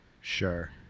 Sure